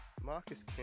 Marcus